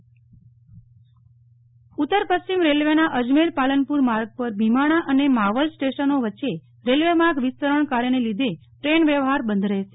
નેહલ ઠક્કર ઉતર પશ્રિમ રેલવેના અજમેર પાલનપુર માર્ગ પર ભીમાણા અને માવલ સ્ટેશનો વચ્ચે રેલ્વે માર્ગ વિસ્તરણ કાર્યને લીધે ટ્રેન વ્યવહાર બંધ રહેશે